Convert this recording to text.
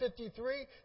53